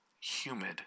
humid